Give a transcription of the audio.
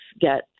get